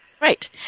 Right